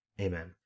Amen